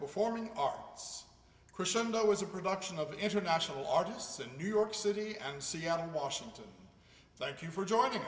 performing arts crescendo was a production of international artists in new york city and seattle washington thank you for